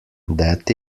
that